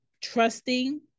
trusting